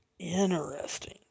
interesting